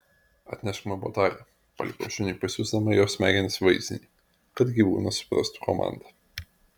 atnešk man botagą paliepiau šuniui pasiųsdama į jo smegenis vaizdinį kad gyvūnas suprastų komandą